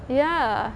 ya